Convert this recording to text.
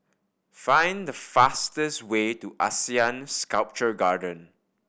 find the fastest way to ASEAN Sculpture Garden